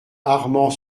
armand